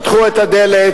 פתחו את הדלת,